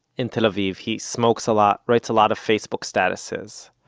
in tel aviv. he smokes a lot, writes a lot of facebook statuses.